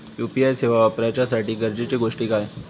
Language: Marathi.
यू.पी.आय सेवा वापराच्यासाठी गरजेचे गोष्टी काय?